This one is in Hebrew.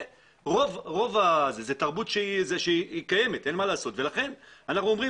זאת תרבות שקיימת ולכן אנחנו אומרים